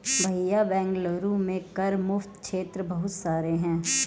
भैया बेंगलुरु में कर मुक्त क्षेत्र बहुत सारे हैं